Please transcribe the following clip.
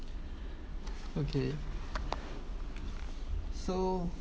okay so